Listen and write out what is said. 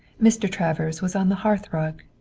mr. travers was on the hearth rug.